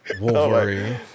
Wolverine